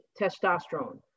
testosterone